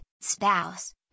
spouse